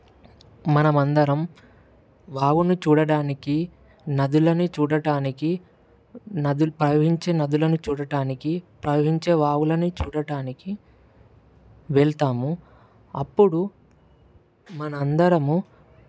మనం అందరం వాగుని చూడటానికి నదులని చూడటానికి నదులు ప్రవహించే నదులని చూడటానికి ప్రవహించే వాగులని చూడటానికి వెళతాము అప్పుడు మనం అందరము